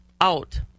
out